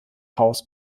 haus